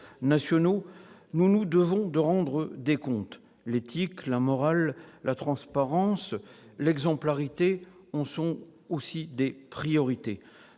nationaux, nous nous devons de rendre des comptes. L'éthique, la morale, la transparence, l'exemplarité, sont des priorités.